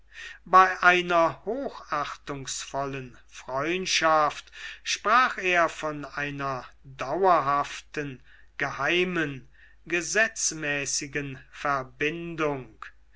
bei einer hochachtungsvollen freundschaft sprach er von einer dauerhaften geheimen gesetzmäßigen verbindung